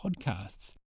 podcasts